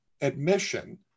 admission